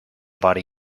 body